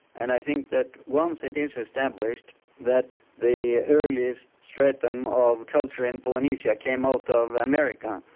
and i think that once it is established that the earliest stratum of culture in polynesia came out of america,